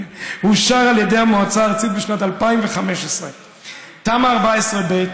אושר על ידי המועצה הארצית בשנת 2015. תמ"א 14ב',